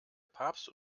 papst